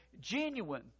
genuine